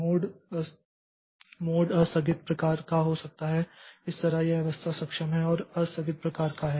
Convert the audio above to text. mode आस्थगित प्रकार का हो सकता है इस तरह यह अवस्था सक्षम है और आस्थगित प्रकार का है